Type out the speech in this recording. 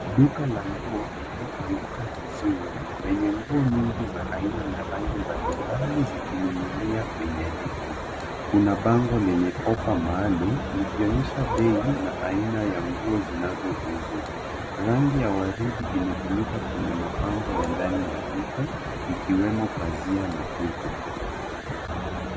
Duka la nguo iliyopngika vizuri lenye nguo nyingi za aina na rangi mbalimbali zikining'inia kwenye reki. Kuna bango lenye offer maalum likionyesha bei na aina ya nguo zinazouzwa. rangi ya waridi imetumika kwenye mapambo ya ndani ya duka ikiwemo pazia na kuta.